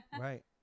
right